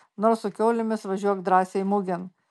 nors su kiaulėmis važiuok drąsiai mugėn